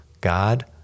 God